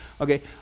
okay